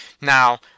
Now